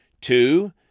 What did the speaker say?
Two